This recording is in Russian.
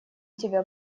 тебя